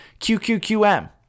QQQM